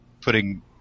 putting